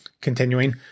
Continuing